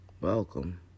Welcome